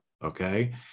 Okay